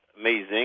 amazing